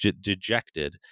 dejected